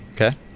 Okay